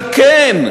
על כן,